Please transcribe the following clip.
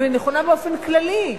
אבל היא נכונה באופן כללי,